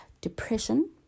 depression